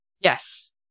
Yes